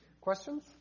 Questions